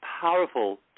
powerful